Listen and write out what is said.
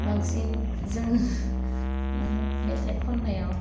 बांसिन जोङो माने मेथाइ खन्नायाव